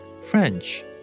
French